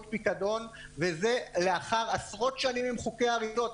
פיקדון וזה לאחר עשרות שנים עם חוקי אריזות.